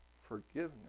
forgiveness